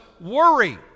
worry